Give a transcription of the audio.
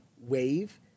wave